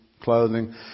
clothing